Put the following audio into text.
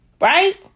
Right